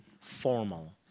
formal